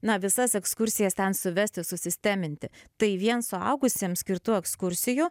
na visas ekskursijas ten suvesti susisteminti tai vien suaugusiems skirtų ekskursijų